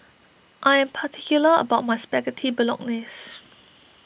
I am particular about my Spaghetti Bolognese